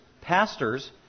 pastors